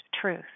truth